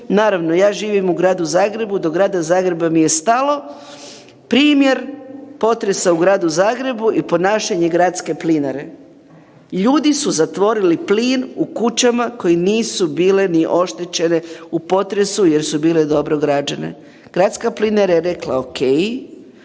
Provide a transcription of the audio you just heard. naravno ja živim u Gradu Zagrebu, do Grada Zagreba bi je stalo, primjer potresa u Gradu Zagrebu i ponašanje Gradske plinare. Ljudi su zatvorili plin u kućama koje nisu bile ni oštećene u potresu jer su bile dobro građene. Gradska plinara je rekla ok,